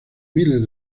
miles